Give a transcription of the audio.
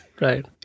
Right